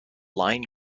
line